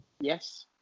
Yes